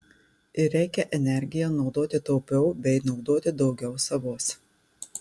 ir reikia energiją naudoti taupiau bei naudoti daugiau savos